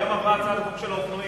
היום עברה הצעת חוק של אופנועים.